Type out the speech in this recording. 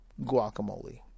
guacamole